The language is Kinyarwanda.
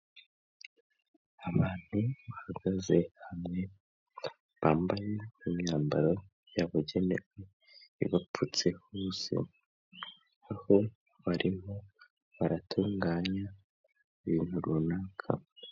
Abantu bahagaze hamwe, bambaye imyambaro yabugenewe ibapfutse hose, aho barimo baratunganya ibintu runaka.